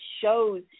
shows